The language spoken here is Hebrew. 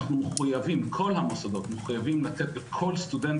כל המוסדות מחויבים לתת לכל סטודנט